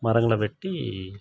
மரங்களை வெட்டி